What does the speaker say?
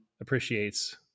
appreciates